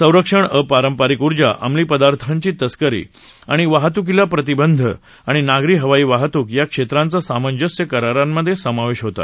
संरक्षण अपारंपरिक उर्जा अंमली पदार्थांची तस्करी आणि वाहत्कीला प्रतिबंध आणि नागरी हवाई वाहतूक या क्षेत्रांचा सामंजस्य करारांमध्ये समावेश होता